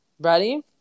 Ready